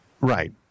Right